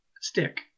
stick